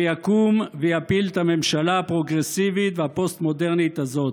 ויקום ויפיל את הממשלה הפרוגרסיבית והפוסט-מודרנית הזאת.